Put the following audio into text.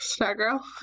Stargirl